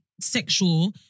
sexual